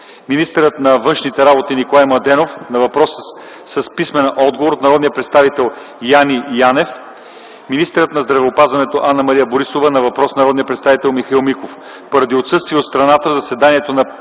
министърът на външните работи Николай Младенов на въпрос с писмен отговор от народния представител Яне Янев; - министърът на здравеопазването Анна-Мария Борисова на въпрос от народния представител Михаил Миков. Поради отсъствие от страната в заседанието за